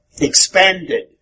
expanded